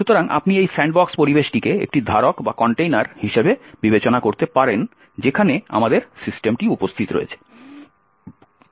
সুতরাং আপনি এই স্যান্ডবক্স পরিবেশটিকে একটি ধারক হিসাবে বিবেচনা করতে পারেন যেখানে আমাদের সিস্টেম উপস্থিত রয়েছে